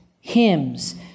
hymns